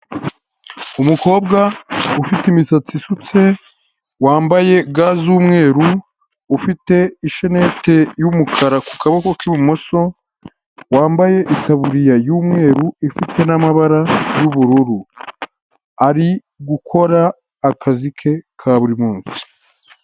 Umukobwa ufite imisatsi isutse wambaye ga z'umweru ufite ishanete y'umukara ku kaboko k'imoso, wambaye itaburiya y'umweru ifite n'amabara y'ubururu, arikora akazi ke ka buri munsi.